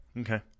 Okay